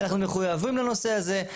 אנחנו מחויבים לנושא הזה,